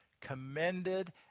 commended